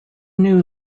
new